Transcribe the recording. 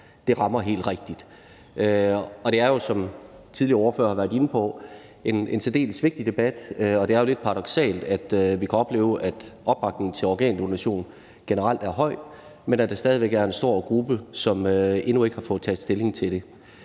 det rammer helt rigtigt. Det er jo, som tidligere ordførere har været inde på, en særdeles vigtig debat, og det er jo lidt paradoksalt, at vi kan opleve, at opbakningen til organdonation generelt er høj, men at der stadig væk er en stor gruppe, som endnu ikke har fået taget stilling til det.